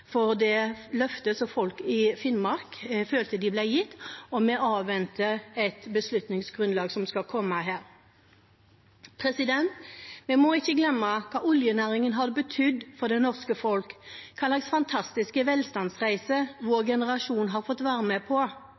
for det løftet som folk i Finnmark følte de ble gitt, og vi avventer et beslutningsgrunnlag som skal komme her. Vi må ikke glemme hva oljenæringen har betydd for det norske folket, hvilken fantastisk velstandsreise vår generasjon har fått være med på.